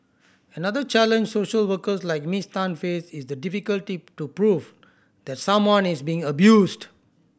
another challenge social workers like Miss Tan face is the difficulty to prove that someone is being abused